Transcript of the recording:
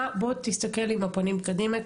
בוא תסתכל עם הפנים קדימה,